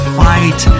fight